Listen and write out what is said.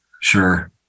Sure